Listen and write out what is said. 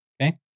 okay